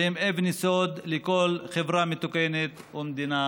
שהם אבן יסוד לכל חברה מתוקנת ומדינה